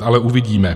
Ale uvidíme.